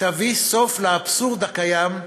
תביא סוף לאבסורד הקיים,